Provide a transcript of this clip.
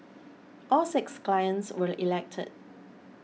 all six clients were elected